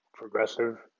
progressive